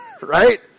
right